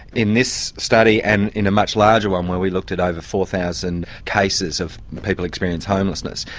in this study and in a much larger one where we looked at over four thousand cases of people experiencing homelessness,